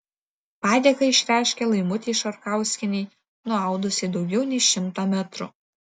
padėką išreiškė laimutei šarkauskienei nuaudusiai daugiau nei šimtą metrų